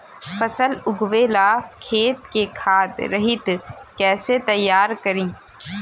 फसल उगवे ला खेत के खाद रहित कैसे तैयार करी?